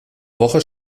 woche